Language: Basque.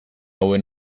hauen